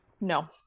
no